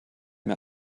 mir